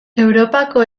europako